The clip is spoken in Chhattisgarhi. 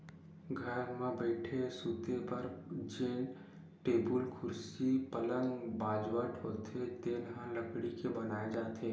घर म बइठे, सूते बर जेन टेबुल, कुरसी, पलंग, बाजवट होथे तेन ह लकड़ी के बनाए जाथे